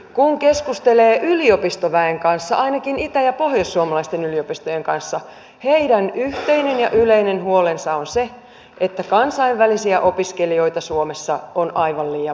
kun keskustelee yliopistoväen kanssa ainakin itä ja pohjoissuomalaisten yliopistojen kanssa heidän yhteinen ja yleinen huolensa on se että kansainvälisiä opiskelijoita suomessa on aivan liian vähän